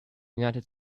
united